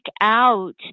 out